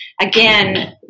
again